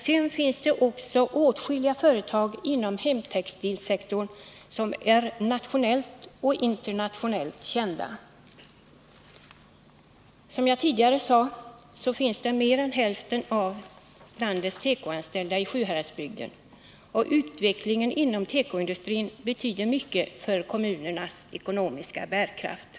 Sedan är det viktigt att påpeka att det finns åtskilliga företag inom hemtextilsektorn som är nationellt och internationellt kända. Som jag tidigare sade finns mer än hälften av landets tekoanställda i Sjuhäradsbygden, och utvecklingen inom tekoindustrin betyder mycket för kommunernas ekonomiska bärkraft.